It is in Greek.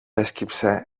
έσκυψε